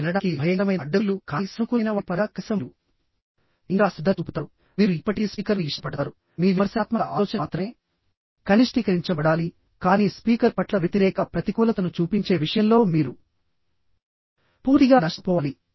చురుకుగా వినడానికి భయంకరమైన అడ్డంకులు కానీ సానుకూలమైన వాటి పరంగా కనీసం మీరు ఇంకా శ్రద్ధ చూపుతారు మీరు ఇప్పటికీ స్పీకర్ను ఇష్టపడతారు మీ విమర్శనాత్మక ఆలోచన మాత్రమే కనిష్టీకరించబడాలికానీ స్పీకర్ పట్ల వ్యతిరేక ప్రతికూలతను చూపించే విషయంలో మీరు పూర్తిగా నష్టపోవాలి